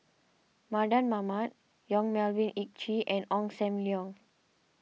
Mardan Mamat Yong Melvin Yik Chye and Ong Sam Leong